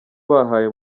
bahaye